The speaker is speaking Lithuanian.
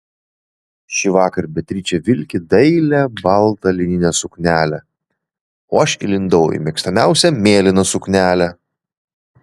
šįvakar beatričė vilki dailią baltą lininę suknelę o aš įlindau į mėgstamiausią mėlyną suknelę